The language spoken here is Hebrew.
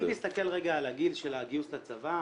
אם תסתכל רגע על הגיל של הגיוס לצבא,